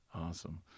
Awesome